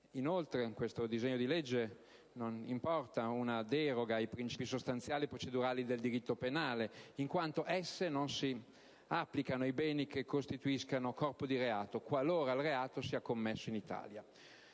Inoltre, tale disegno di legge non importa una deroga a principi sostanziali e procedurali del diritto penale, in quanto essi non si applicano ai beni che costituiscano corpo di reato, qualora il reato sia commesso in Italia.